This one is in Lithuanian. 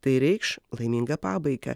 tai reikš laimingą pabaigą